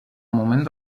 moment